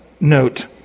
note